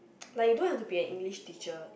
like you don't have to be an English teacher